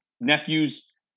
nephews